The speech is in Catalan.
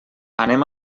anem